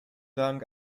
dank